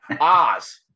Oz